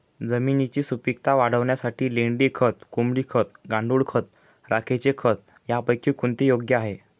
जमिनीची सुपिकता वाढवण्यासाठी लेंडी खत, कोंबडी खत, गांडूळ खत, राखेचे खत यापैकी कोणते योग्य आहे?